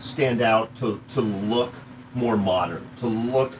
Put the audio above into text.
stand out to to look more modern, to look